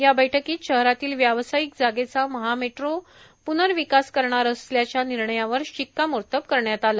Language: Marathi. या बैठकीत शहरातील व्यावसायिक जागेचा महामेट्रो प्नःविकास करणार असल्याच्या निर्णयावर शिक्कामोर्तब करण्यात आला